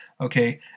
Okay